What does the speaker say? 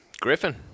Griffin